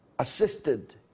assisted